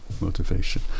motivation